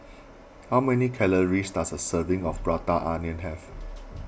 how many calories does a serving of Prata Onion have